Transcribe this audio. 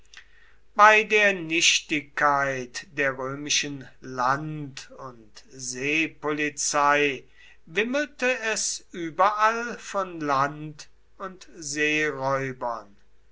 bei der nichtigkeit der römischen land und seepolizei wimmelte es überall von land und seeräubern